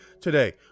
today